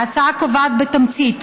ההצעה קובעת בתמצית: